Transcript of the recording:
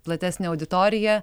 platesnę auditoriją